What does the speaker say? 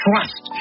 Trust